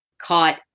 caught